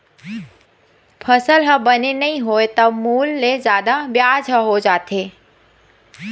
फसल ह बने नइ होइस त मूल ले जादा बियाज ह हो जाथे